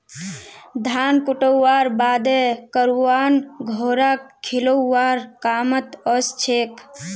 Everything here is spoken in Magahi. धान कुटव्वार बादे करवान घोड़ाक खिलौव्वार कामत ओसछेक